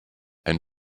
ein